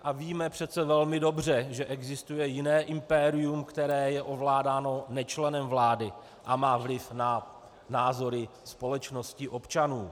A víme přeci velmi dobře, že existuje jiné impérium, které je ovládáno nečlenem vlády a má vliv na názory společnosti, občanů.